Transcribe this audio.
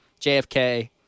JFK